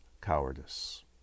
cowardice